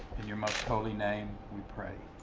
in your most holy name, we pray.